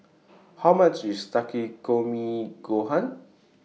How much IS Takikomi Gohan